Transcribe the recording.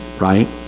right